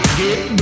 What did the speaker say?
get